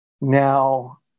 Now